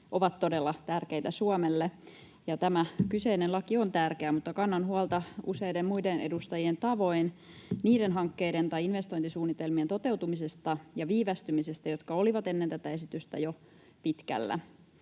ovat todella tärkeitä Suomelle, ja tämä kyseinen laki on tärkeä. Mutta kannan huolta useiden muiden edustajien tavoin niiden hankkeiden tai investointisuunnitelmien toteutumisesta ja viivästymisestä, jotka olivat ennen tätä esitystä jo pitkällä.